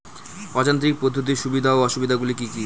অযান্ত্রিক পদ্ধতির সুবিধা ও অসুবিধা গুলি কি কি?